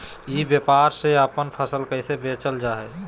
ई व्यापार से अपन फसल कैसे बेचल जा हाय?